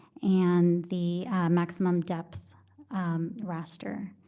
and the maximum depth raster.